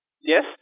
yes